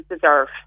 deserve